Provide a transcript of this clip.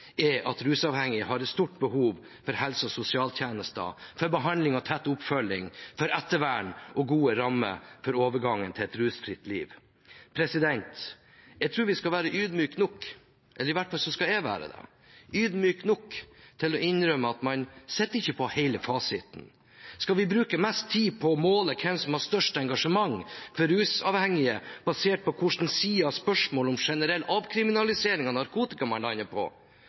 er at rusavhengige har et stort behov for helse- og sosialtjenester, for behandling og tett oppfølging, for ettervern og gode rammer for overgangen til et rusfritt liv. Jeg tror vi skal være ydmyke nok – eller i hvert skal jeg være det – til å innrømme at man ikke sitter på hele fasiten. Skal vi bruke mest tid på å måle hvem som har størst engasjement for rusavhengige basert på hvilken side av spørsmålet om generell avkriminalisering av narkotika